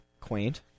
quaint